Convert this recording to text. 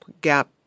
gap